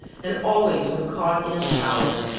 and always when caught in a shower.